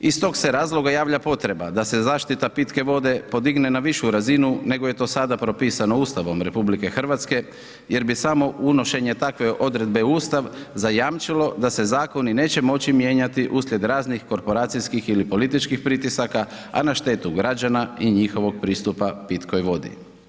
Iz tog se razloga javlja potreba da se zaštita pitke vode podigne na višu razinu nego je to sada propisano Ustavom RH, jer bi samo unošenje takve odredbe u Ustav zajamčilo da se zakoni neće moći mijenjati uslijed raznih korporacijskih ili političkih pritisaka, a na štetu građana i njihovog pristupa pitkoj vodi.